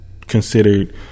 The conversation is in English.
considered